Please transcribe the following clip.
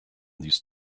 these